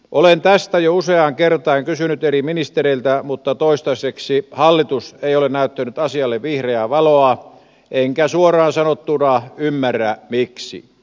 olen tästä jo useaan kertaan kysynyt eri ministereiltä mutta toistaiseksi hallitus ei ole näyttänyt asialle vihreää valoa enkä suoraan sanottuna ymmärrä miksi